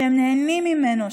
שהם נהנים ממנו,